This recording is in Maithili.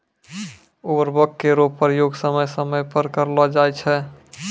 उर्वरक केरो प्रयोग समय समय पर करलो जाय छै